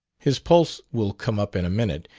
his pulse will come up in a minute,